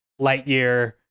Lightyear